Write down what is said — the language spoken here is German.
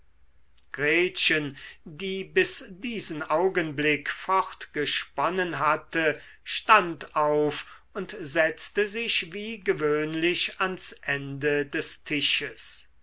gretchen die bis diesen augenblick fortgesponnen hatte stand auf und setzte sich wie gewöhnlich ans ende des tisches